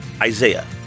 Isaiah